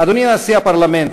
אדוני נשיא הפרלמנט,